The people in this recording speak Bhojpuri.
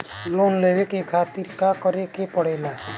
लोन लेवे के खातिर का करे के पड़ेला?